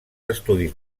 estudis